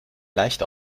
leicht